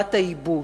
גזירת הייבוש.